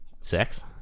sex